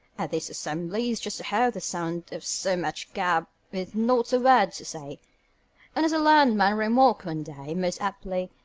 at these assemblies, just to hear the sound of so much gab, with not a word to say and as a learned man remarked one day most aptly,